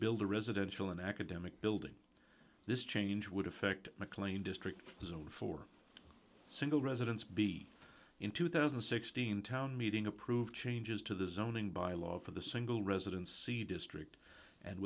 build a residential and academic building this change would affect mclean district for a single residence be in two thousand and sixteen town meeting approved changes to the zoning by law for the single residency district and